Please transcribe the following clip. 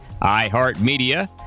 iHeartMedia